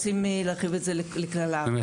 תראי,